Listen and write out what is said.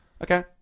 Okay